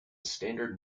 standard